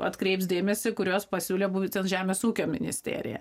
atkreips dėmesį kuriuos pasiūlė būtent žemės ūkio ministerija